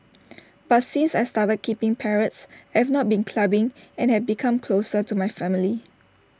but since I started keeping parrots I've not been clubbing and have become closer to my family